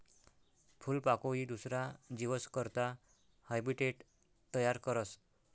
फूलपाकोई दुसरा जीवस करता हैबीटेट तयार करस